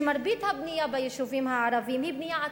שמרבית הבנייה ביישובים הערביים היא בנייה עצמית.